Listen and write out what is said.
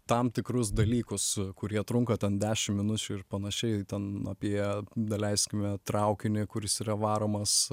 tam tikrus dalykus kurie trunka ten dešim minučių ir panašiai ten apie daleiskime traukinį kuris yra varomas